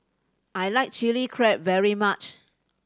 I like Chilli Crab very much